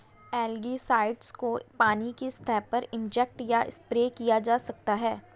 algicides को पानी की सतह पर इंजेक्ट या स्प्रे किया जा सकता है